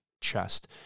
chest